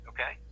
Okay